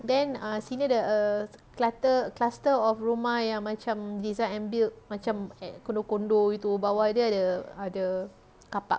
then ah sini ada err clutter cluster of rumah yang macam design and build macam condo condo gitu bawah dia ada ada car park